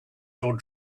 your